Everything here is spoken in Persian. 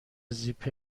زیپ